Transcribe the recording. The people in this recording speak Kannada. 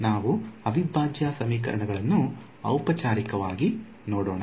ನಾವು ಅವಿಭಾಜ್ಯ ಸಮೀಕರಣಗಳನ್ನು ಔಪಚಾರಿಕವಾಗಿ ನೋಡೋಣ